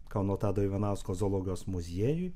kauno tado ivanausko zoologijos muziejui